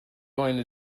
going